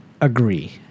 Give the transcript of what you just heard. agree